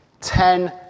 Ten